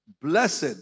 blessed